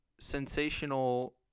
sensational